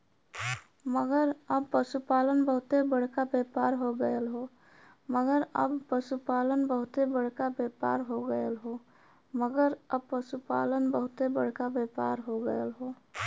मगर अब पसुपालन बहुते बड़का व्यापार हो गएल हौ